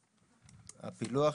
אעזור.